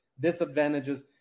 disadvantages